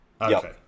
Okay